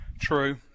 true